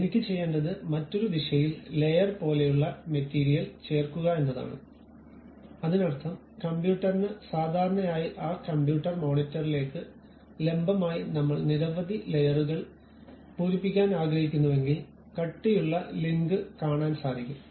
എനിക്ക് ചെയ്യേണ്ടത് മറ്റൊരു ദിശയിൽ ലെയർ പോലെയുള്ള മെറ്റീരിയൽ ചേർക്കുക എന്നതാണ് അതിനർത്ഥം കമ്പ്യൂട്ടറിന് സാധാരണയായി ആ കമ്പ്യൂട്ടർ മോണിറ്ററിലേക്ക് ലംബമായി നമ്മൾ നിരവധി ലെയറുകൾ പൂരിപ്പിക്കാൻ ആഗ്രഹിക്കുന്നുവെങ്കിൽ കട്ടിയുള്ള ലിങ്ക് കാണാൻ സാധിക്കും